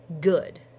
good